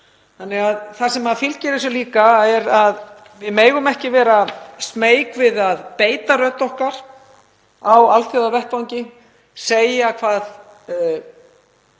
og núna. Það sem fylgir þessu líka er að við megum ekki vera smeyk við að beita rödd okkar á alþjóðavettvangi, segja það